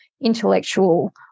intellectual